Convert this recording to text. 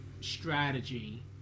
strategy